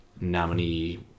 nominee